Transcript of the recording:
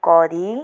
କରି